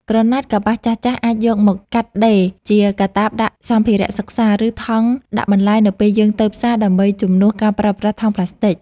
ក្រណាត់កប្បាសចាស់ៗអាចយកមកកាត់ដេរជាកាតាបដាក់សម្ភារៈសិក្សា ឬ ថង់ដាក់បន្លែនៅពេលយើងទៅផ្សារដើម្បីជំនួសការប្រើប្រាស់ថង់ប្លាស្ទិក។